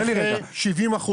נכה 70%,